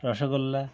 rasgulla